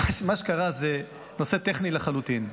מה שקרה זה נושא טכני לחלוטין.